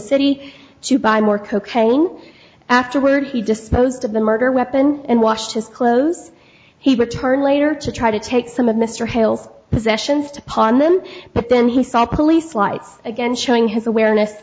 city to buy more cocaine afterward he disposed of the murder weapon and washed his clothes he returned later to try to take some of mr health sessions to pardon them but then he saw police lights again showing his awareness